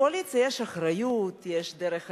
לקואליציה יש אחריות, יש דרך חקיקה,